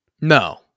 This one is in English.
No